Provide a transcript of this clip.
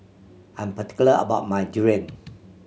I'm particular about my durian